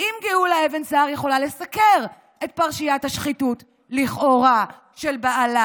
האם גאולה אבן סער יכולה לסקר את פרשיית השחיתות לכאורה של בעלה,